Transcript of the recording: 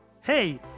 Hey